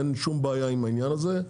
אין שום בעיה עם העניין הזה.